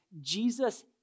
Jesus